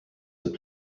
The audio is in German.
ist